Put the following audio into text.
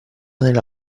nella